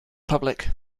public